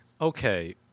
Okay